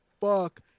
fuck